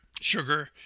sugar